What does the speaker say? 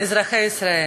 אזרחי ישראל,